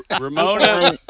ramona